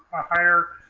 a higher,